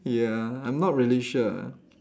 ya I'm not really sure